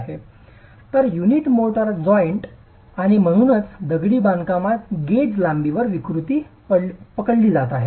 तर unit mortar joint unit mortar joint unit आणि म्हणूनच दगडी बांधकामात गेज लांबीवर विकृती पकडली जात आहे